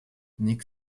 nick